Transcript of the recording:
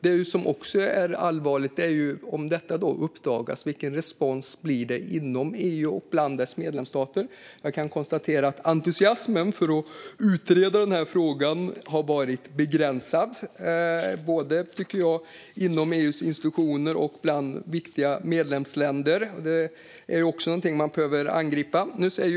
Om något sådant här uppdagas är det också viktigt vilken respons det blir inom EU och bland dess medlemsstater. Jag kan konstatera att entusiasmen för att utreda den här frågan har varit begränsad, både inom EU:s institutioner och bland viktiga medlemsländer. Det är också någonting man behöver angripa.